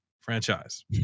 franchise